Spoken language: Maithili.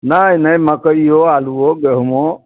नहि नहि मक्कइयो आलूओ गेहूॅंमो